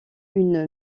une